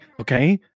Okay